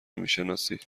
میشناسید